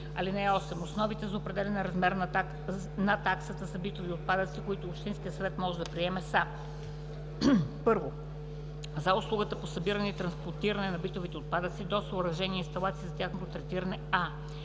ал. 6. (8) Основите за определяне на размера на таксата за битови отпадъци, които общинският съвет може да приеме, са: 1. за услугата по събиране и транспортиране на битови отпадъци до съоръжения и инсталации за тяхното третиране: